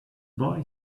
boy